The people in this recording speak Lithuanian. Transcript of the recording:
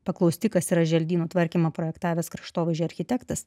paklausti kas yra želdynų tvarkymo projektavęs kraštovaizdžio architektas